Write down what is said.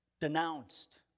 denounced